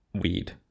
weed